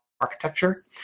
architecture